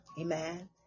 Amen